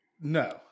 No